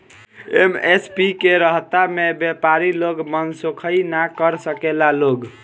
MSP के रहता में व्यपारी लोग मनसोखइ ना कर सकेला लोग